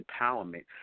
empowerment